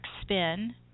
spin